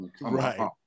Right